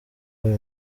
uyu